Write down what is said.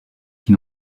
qui